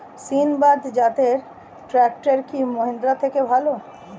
সিণবাদ জাতের ট্রাকটার কি মহিন্দ্রার থেকে ভালো?